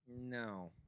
No